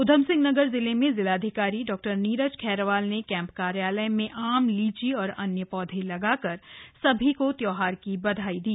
ऊधमसिंह नगर जिले में जिलाधिकारी डा नीरज खैरवाल ने कैम्प कार्यालय में आम लीची और अन्य पौधे लगाकर सभी को त्योहार की बधाई दी